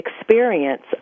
experience